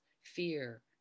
Fear